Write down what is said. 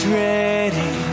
ready